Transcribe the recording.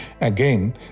Again